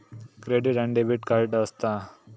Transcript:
Credit आणि debit काय असता?